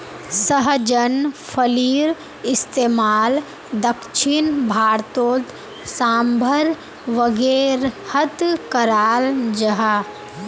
सहजन फलिर इस्तेमाल दक्षिण भारतोत साम्भर वागैरहत कराल जहा